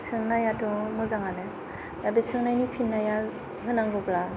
सोंनायाथ' मोजां आनो दा बे सोंनायनि फिननायखौ होंनांगौब्ला